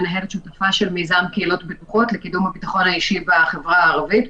מנהלת שותפה של מיזם קהילות בטוחות לקידום הביטחון האישי בחברה הערבית,